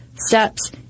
steps